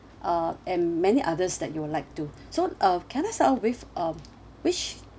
uh and many others that you would like to so uh can I sal~ with uh which